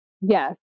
Yes